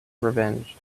revenged